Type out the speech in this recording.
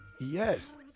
Yes